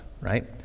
right